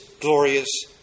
glorious